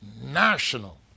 national